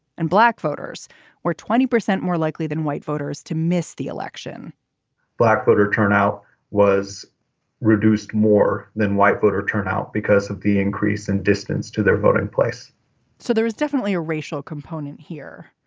and black voters were twenty percent more likely than white voters to miss the election black voter turnout was reduced more than white voter turnout because of the increase and distance to their voting place so there was definitely a racial component here.